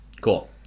Cool